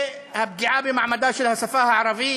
והפגיעה במעמדה של השפה הערבית